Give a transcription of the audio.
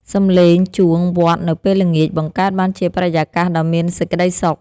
សំឡេងជួងវត្តនៅពេលល្ងាច បង្កើតបានជាបរិយាកាសដ៏មានសេចក្តីសុខ។